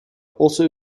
also